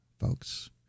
folks